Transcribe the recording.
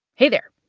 hey there.